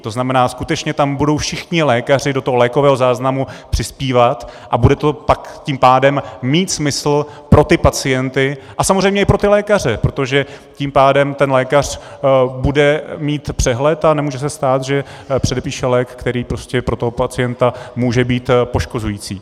To znamená, skutečně budou všichni lékaři do toho lékového záznamu přispívat a bude to tak tím pádem mít smysl pro pacienty a samozřejmě i pro lékaře, protože tím pádem lékař bude mít přehled a nemůže se stát, že předepíše lék, který prostě pro toho pacienta může být poškozující.